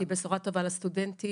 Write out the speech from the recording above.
היא בשורה טובה לסטודנטים,